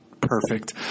perfect